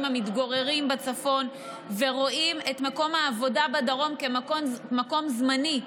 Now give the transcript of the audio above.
המתגוררים בצפון ורואים את מקום העבודה בדרום כמקום זמני,